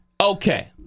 okay